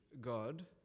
God